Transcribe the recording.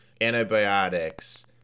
antibiotics